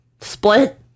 split